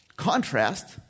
Contrast